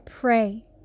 pray